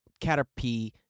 Caterpie